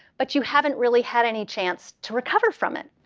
but you haven't really had any chance to recover from it.